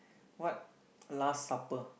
what last supper